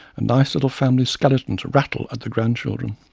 a nice little family skeleton to rattle at the grandchildren.